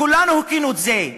כולנו הוקענו את זה.